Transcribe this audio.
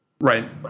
Right